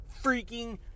freaking